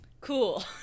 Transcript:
cool